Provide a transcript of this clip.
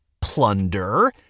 plunder